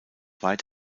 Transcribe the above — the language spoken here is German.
weit